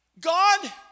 God